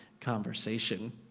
conversation